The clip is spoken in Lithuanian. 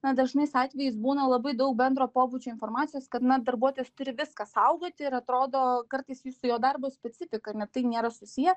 na dažnais atvejais būna labai daug bendro pobūdžio informacijos kad na darbuotojas turi viską saugoti ir atrodo kartais jūs su jo darbo specifika net tai nėra susiję